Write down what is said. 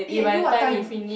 eh until what time